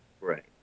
right